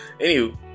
anywho